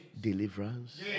deliverance